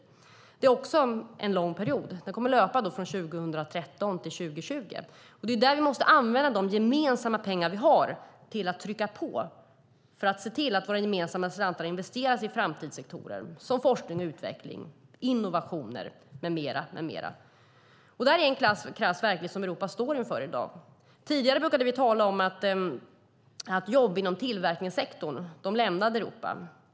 Den löper under lång tid, från 2013 till 2020. Här måste vi trycka på för att se till att våra gemensamma pengar investeras i framtidssektorer som forskning och utveckling, innovation med mera. Europa står inför en krass verklighet. Tidigare talade vi om att jobb inom tillverkningssektorn lämnade Europa.